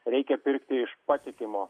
reikia pirkti iš patikimo